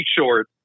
short